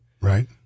right